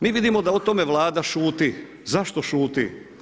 Mi vidimo da o tome Vlada šuti, zašto šuti?